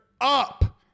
up